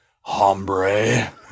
hombre